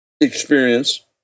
experience